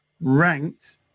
ranked